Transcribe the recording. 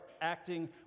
acting